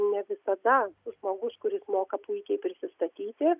ne visada žmogus kuris moka puikiai prisistatyti